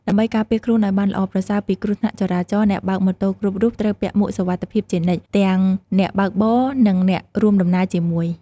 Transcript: ដើម្បីការពារខ្លួនឱ្យបានល្អប្រសើរពីគ្រោះថ្នាក់ចរាចរណ៍ អ្នកបើកម៉ូតូគ្រប់រូបត្រូវពាក់មួកសុវត្ថិភាពជានិច្ច ទាំងអ្នកបើកបរនិងអ្នករួមដំណើរជាមួយ។